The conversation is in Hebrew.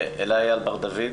אלה אייל בר דוד.